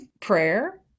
prayer